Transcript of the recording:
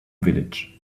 village